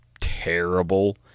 terrible